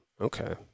okay